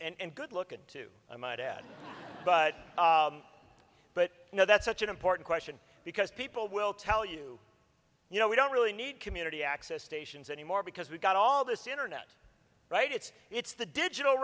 and good looking too i might add but but you know that's such an important question because people will tell you you know we don't really need community access stations anymore because we've got all this internet right it's it's the digital